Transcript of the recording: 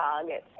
targets